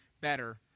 better